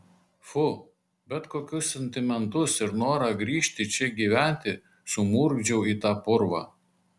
fu bet kokius sentimentus ir norą grįžti čia gyventi sumurgdžiau į tą purvą